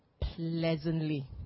pleasantly